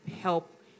help